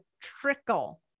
trickle